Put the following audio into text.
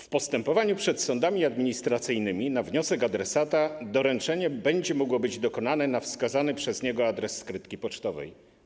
W postępowaniu przed sądami administracyjnymi na wniosek adresata doręczenie będzie mogło być dokonane na wskazany przez niego adres skrytki pocztowej.